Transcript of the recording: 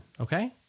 Okay